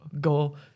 go